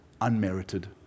Unmerited